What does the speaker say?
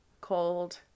cold